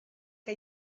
que